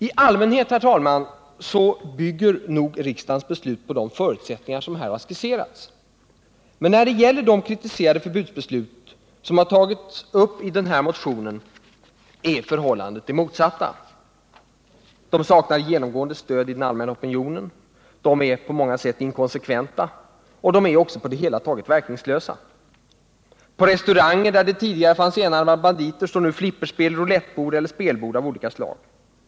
I allmänhet, herr talman, bygger nog riksdagens beslut på de förutsättningar som här har skisserats, men när det gäller de kritiserade förbudsbeslut som har tagits upp i motionen är förhållandet det motsatta. De saknar genomgående stöd i den allmänna opinionen, de är på många sätt inkonsekventa och de är också på det hela taget verkningslösa. På de restauranger där det tidigare fanns enarmade banditer står nu flipperspel, roulettbord eller andra spelbord av olika slag.